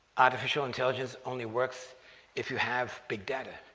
artificial intelligence only works if you have big data,